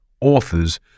authors